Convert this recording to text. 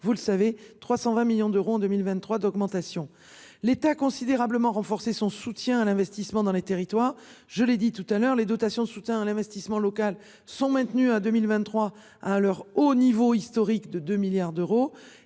vous le savez, 320 millions d'euros en 2023 d'augmentation. L'État considérablement renforcé son soutien à l'investissement dans les territoires. Je l'ai dit tout à l'heure les dotations de soutien à l'investissement local sont maintenues à 2023 à l'heure au niveau historique de 2 milliards d'euros